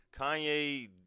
Kanye